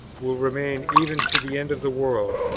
will remain, even to the end of the world,